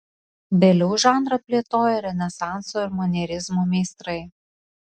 vėliau žanrą plėtojo renesanso ir manierizmo meistrai